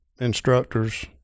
instructors